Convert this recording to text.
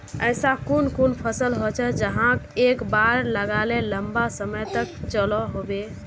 ऐसा कुन कुन फसल होचे जहाक एक बार लगाले लंबा समय तक चलो होबे?